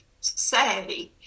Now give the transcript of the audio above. say